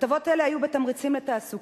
הטבות אלה היו בתמריצים לתעסוקה,